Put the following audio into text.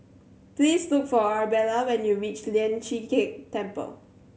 please look for Arabella when you reach Lian Chee Kek Temple